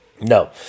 No